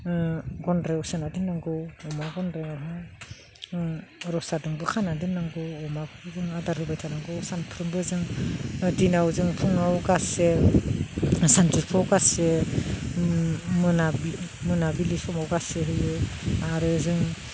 गन्द्रायाव सोना दोननांगौ अमा गन्द्रायावहाय रसाजोंबो खाना दोननांगौ अमाखौ जों आदार होबाय थानांगौ सानफ्रोमबो जों दिनाव जों फुङाव गासे सानजौफुआव गासे मोनाबिलि मोनाबिलि समाव गासे होयो आरो जों